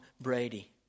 Brady